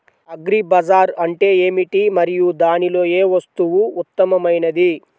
Agri bazaar అంటే ఏమిటి మరియు దానిలో ఏ వస్తువు ఉత్తమమైనది?